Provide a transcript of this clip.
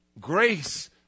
Grace